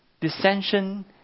Dissension